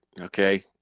Okay